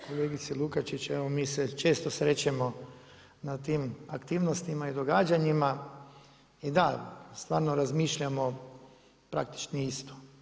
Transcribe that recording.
Kolegice Lukačić, evo mi se često susrećemo na tim aktivnostima i događanjima i da, stvarno razmišljamo, praktički isto.